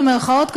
במירכאות כמובן,